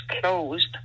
closed